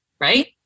right